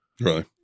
Right